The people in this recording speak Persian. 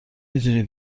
میدونی